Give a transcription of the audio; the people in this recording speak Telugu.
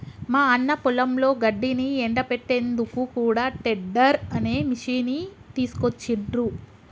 మా అన్న పొలంలో గడ్డిని ఎండపెట్టేందుకు కూడా టెడ్డర్ అనే మిషిని తీసుకొచ్చిండ్రు